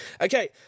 Okay